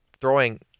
throwing